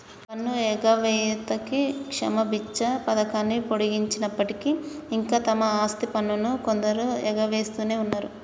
పన్ను ఎగవేతకి క్షమబిచ్చ పథకాన్ని పొడిగించినప్పటికీ ఇంకా తమ ఆస్తి పన్నును కొందరు ఎగవేస్తునే ఉన్నరు